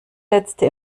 letzte